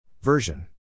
Version